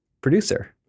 Producer